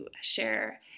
share